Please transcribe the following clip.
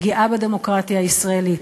פגיעה בדמוקרטיה הישראלית.